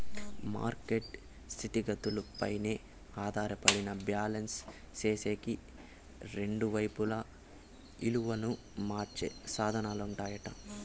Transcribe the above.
market స్థితిగతులపైనే ఆధారపడి balance సేసేకి రెండు వైపులా ఇలువను మార్చే సాధనాలుంటాయట